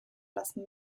lassen